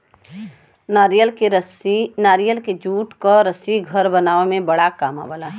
नारियल के जूट क रस्सी घर बनावे में बड़ा काम आवला